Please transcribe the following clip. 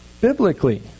biblically